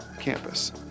campus